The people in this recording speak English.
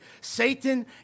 Satan